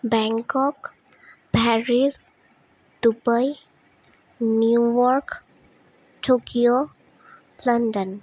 Bangkok Paris Dubai New York Tokyo London